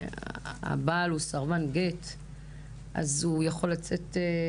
שהבעל הוא סרבן גט הוא יכול לצאת חופשי.